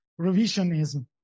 revisionism